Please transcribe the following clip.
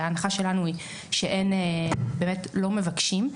ההנחה שלנו היא שהם באמת לא מבקשים.